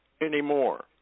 anymore